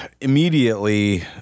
immediately